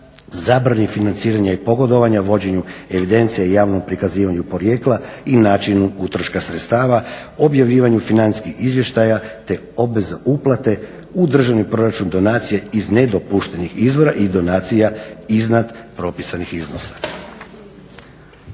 zabrani financiranja i pogodovanja, vođenju evidencije, javnom prikazivanju porijekla i načinu utroška sredstava, objavljivanju financijskih izvještaja te obveze uplate u državni proračun, donacije iz nedopuštenih izvora i donacija iznad propisanih iznosa.